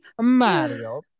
Mario